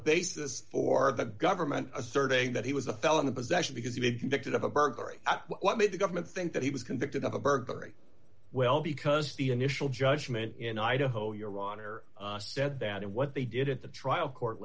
basis for the government asserting that he was a felon in possession because he did convicted of a burglary what made the government think that he was convicted of a burglary well because the initial judgment in idaho your honor said that in what they did at the trial court